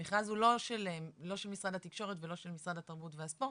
המכרז הוא לא של משרד התקשורת ולא של משרד התרבות והספורט,